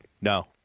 No